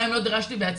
גם אם לא דרשתי בעצמי",